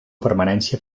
permanència